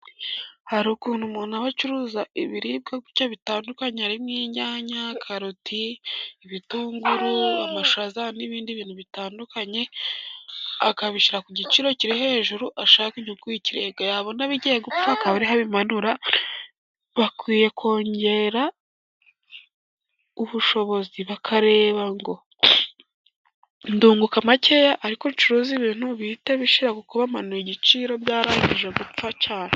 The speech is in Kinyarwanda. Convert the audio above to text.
Hari ukuntu umuntu aho acuruza ibiribwa kuko bitandukanye, harimo: inyanya karoti ibitunguru amashaza, n'ibindi bintu bitandukanye. Akabishyira ku giciro kiri hejuru ashaka inyungu y'ikirenga, yabona bigiye gupfa akaba ariho abimanura ,bakwiye kongera ubushobozi bakareba ngo ndunguka makeya ncuruze ibintu bihite bishira, kuko wamanuye igiciro byarangije gupfa cyane.